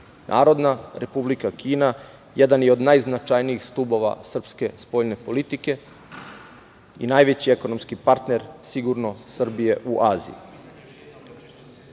Narodna Republika Kina jedan je od najznačajnijih stubova srpske spoljne politike i najveći ekonomski partner sigurno Srbije u Aziji. Bitno